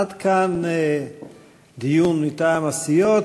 עד כאן דיון מטעם הסיעות,